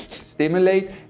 stimulate